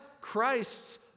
Christ's